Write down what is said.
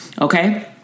okay